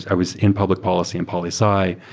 i was in public policy and poli sci,